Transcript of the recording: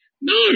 no